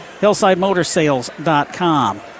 hillsidemotorsales.com